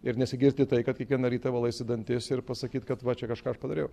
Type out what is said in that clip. ir nesigirti tai kad kiekvieną ryta valaisi dantis ir pasakyti kad va čia kažką aš padariau